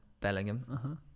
Bellingham